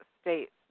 states